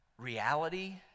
reality